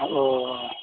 ओ